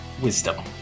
Wisdom